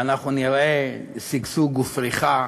ואנחנו נראה שגשוג ופריחה